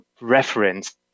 reference